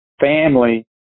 family